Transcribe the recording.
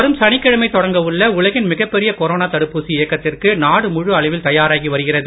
வரும் சனிக்கிழமை தொடங்கவுள்ள உலகின் மிகப்பெரிய கொரோனா தடுப்பூசி இயக்கத்திற்கு நாடு முழு அளவில் தயாராகி வருகிறது